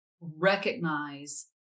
recognize